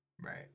Right